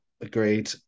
agreed